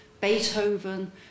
Beethoven